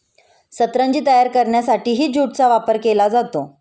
सतरंजी तयार करण्यासाठीही ज्यूटचा वापर केला जातो